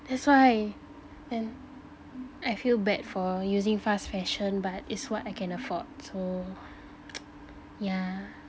that's why and I feel bad for using fast fashion but is what I can afford so yeah